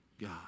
God